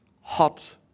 hot